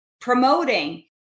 promoting